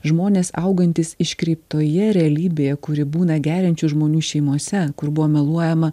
žmonės augantys iškreiptoje realybėje kuri būna geriančių žmonių šeimose kur buvo meluojama